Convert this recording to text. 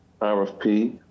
RFP